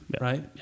Right